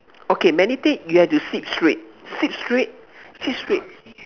okay mediate you have to sit straight sit straight sit straight